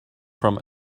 from